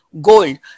gold